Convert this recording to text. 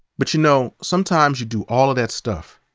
but you know, sometimes you do all of that stuff.